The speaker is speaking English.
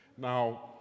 Now